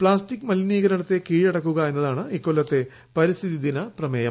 plastic മലിനീകരണത്തെ കീഴടക്കുക എന്നതാണ് ഇക്കൊല്ലത്തെ പരിസ്ഥിതി ദിന പ്രമേയം